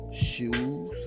shoes